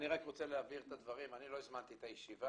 אני רק רוצה להבהיר את הדברים אני לא הזמנתי את הישיבה.